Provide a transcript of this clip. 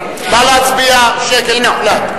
שקט מוחלט.